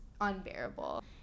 unbearable